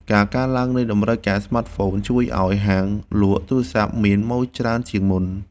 ការកើនឡើងនៃតម្រូវការស្មាតហ្វូន ជួយឱ្យហាងលក់ទូរសព្ទមានម៉ូយច្រើនជាងមុន។